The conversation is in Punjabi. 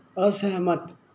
ਅਸਹਿਮਤ